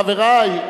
חברי,